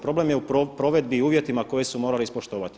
Problem je u provedbi i uvjetima koje su morali ispoštovati.